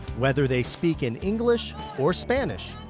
whether they speak in english or spanish,